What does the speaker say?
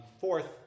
Fourth